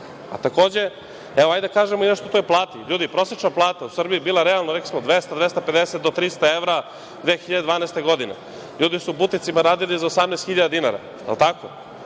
pristojno? Hajde da kažemo i nešto o toj plati. Ljudi, prosečna plata u Srbiji je bila realno 200, 250 do 300 evra 2012. godine. Ljudi su u buticima radili za 18.000 dinara. Za